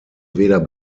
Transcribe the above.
weder